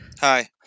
Hi